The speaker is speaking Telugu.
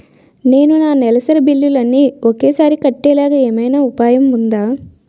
నేను నా నెలసరి బిల్లులు అన్ని ఒకేసారి కట్టేలాగా ఏమైనా ఉపాయం ఉందా?